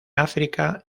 áfrica